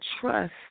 trust